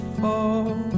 fall